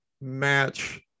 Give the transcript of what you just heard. match